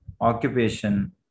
occupation